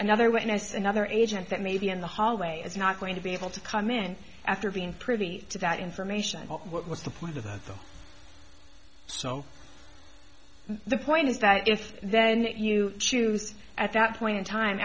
another witness another agent that may be in the hallway is not going to be able to come in after being privy to that information what was the point of that though so the point is that if then you choose at that point in time